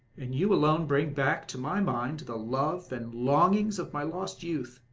and you alone bring back to my mind the love and longings of my lost youth.